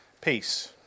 Peace